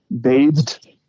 bathed –